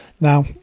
Now